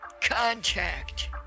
contact